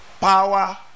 power